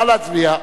נא להצביע.